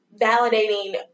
validating